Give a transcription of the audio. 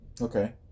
Okay